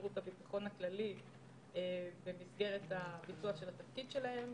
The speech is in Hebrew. שירות הביטחון הכללי במסגרת ביצוע התפקיד שלהם.